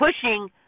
pushing